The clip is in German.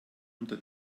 unter